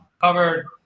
covered